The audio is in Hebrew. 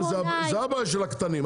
זו הבעיה של הספקים הקטנים,